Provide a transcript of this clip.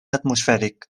atmosfèric